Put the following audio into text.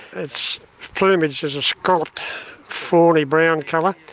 its plumage is a scalloped fawny brown colour.